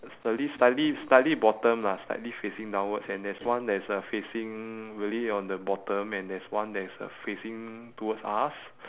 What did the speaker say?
slightly slightly slightly bottom lah slightly facing downwards and there's one that is uh facing really on the bottom and there's one that is uh facing towards us